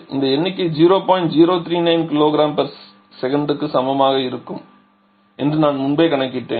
039 kgs சமமாக இருக்கும் என்று நான் முன்பே கணக்கிட்டேன்